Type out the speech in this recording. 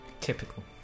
Typical